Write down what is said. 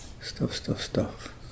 stuff-stuff-stuff